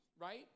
right